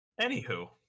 Anywho